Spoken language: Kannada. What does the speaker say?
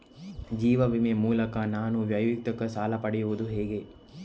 ಜೀವ ವಿಮೆ ಮೂಲಕ ನಾನು ವೈಯಕ್ತಿಕ ಸಾಲ ಪಡೆಯುದು ಹೇಗೆ?